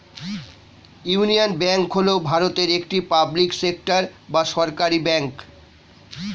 union Bank হল ভারতের একটি পাবলিক সেক্টর বা সরকারি ব্যাঙ্ক